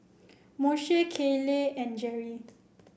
Moshe Kayleigh and Jerry